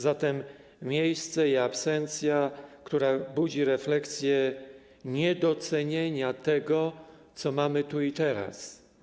Zatem miejsce i absencja, które budzą refleksję niedocenienia tego, co mamy tu i teraz.